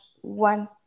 one